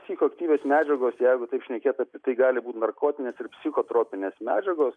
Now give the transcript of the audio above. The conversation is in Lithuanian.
psichoaktyvios medžiagos jeigu taip šnekėt apie tai gali būt narkotinės ir psichotropinės medžiagos